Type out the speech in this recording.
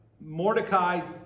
Mordecai